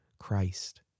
Christ